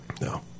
No